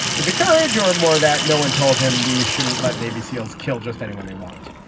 is the courage or more that no one told him we shouldn't let navy seals kill just anyone they want?